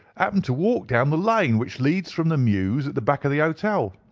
happened to walk down the lane which leads from the mews at the back of the hotel.